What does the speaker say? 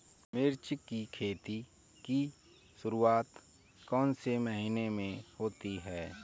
मिर्च की खेती की शुरूआत कौन से महीने में होती है?